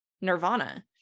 Nirvana